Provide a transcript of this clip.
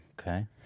Okay